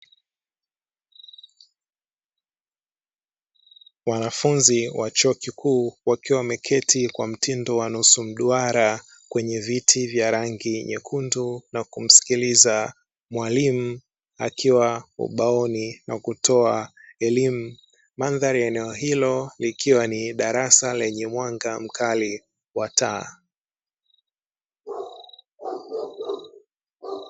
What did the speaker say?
Wanafunzi wa chuo kikuu wakiwa wameketi kwa mtindo wa nusu mduara kwenye viti vya rangi nyekundu na kumsikiliza mwalimu akiwa ubaoni na kutoa elimu. Mandhari ya eneo hilo likiwa ni darasa lenye mwanga mkali wa taa.